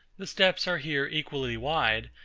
the steps are here equally wide,